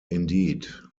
indeed